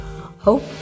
Hope